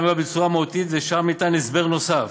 נפגע בצורה מהותית ושם ניתן הסבר נוסף,